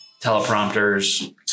teleprompters